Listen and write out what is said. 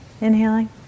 Inhaling